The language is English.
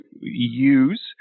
use